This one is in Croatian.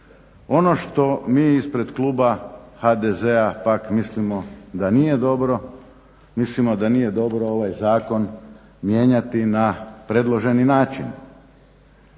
Ono što mi ispred kluba HDZ-a pak mislimo da nije dobro, mislimo da nije dobro ovaj zakon mijenjati na predloženi način.